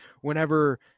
whenever